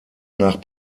nach